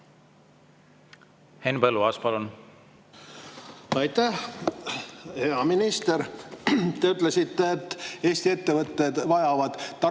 Henn Põlluaas, palun! Aitäh! Hea minister, te ütlesite, et Eesti ettevõtted vajavad